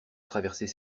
traverser